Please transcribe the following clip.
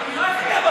אני לא אצביע,